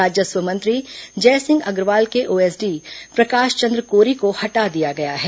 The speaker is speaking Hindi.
राजस्व मंत्री जयसिंह अग्रवाल के ओएसडी प्रकाश चंद्र कोरी को हटा दिया गया है